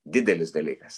didelis dalykas